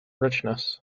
richness